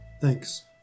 Thanks